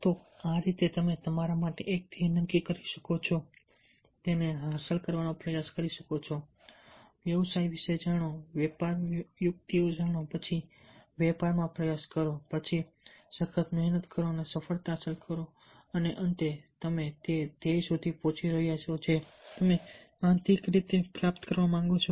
તો આ રીતે તમે તમારા માટે એક ધ્યેય નક્કી કરી શકો છો તેને હાંસલ કરવાનો પ્રયાસ કરી શકો છો વ્યવસાય વિશે જાણો વેપારની યુક્તિઓ જાણો પછી વેપારમાં પ્રવેશવાનો પ્રયાસ કરો પછી સખત મહેનત કરો અને સફળતા હાંસલ કરો અને અંતે તમે તે ધ્યેય સુધી પહોંચી રહ્યા છો જે તમે આંતરિક રીતે પ્રાપ્ત કરવા માગો છો